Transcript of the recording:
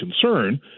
concern